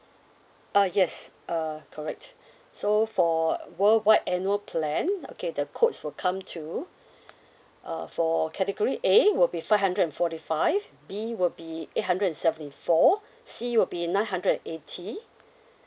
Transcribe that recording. uh yes uh correct so for uh world wide annual plan okay the quotes will come to uh for category A will be five hundred and forty five B will be eight hundred and seventy four C will be nine hundred and eighty